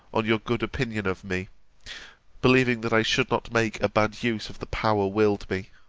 on your good opinion of me believing that i should not make a bad use of the power willed me.